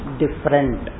different